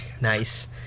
Nice